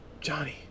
Johnny